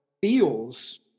feels